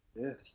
Yes